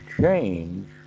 change